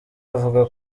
avuga